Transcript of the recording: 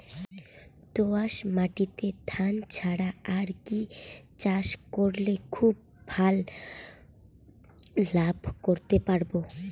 দোয়াস মাটিতে ধান ছাড়া আর কি চাষ করলে খুব ভাল লাভ করতে পারব?